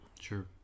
Sure